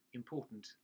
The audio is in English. important